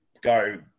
go